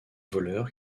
voleur